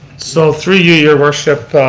so through you, your worship,